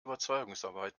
überzeugungsarbeit